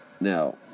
Now